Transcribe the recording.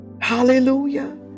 Hallelujah